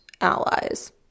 allies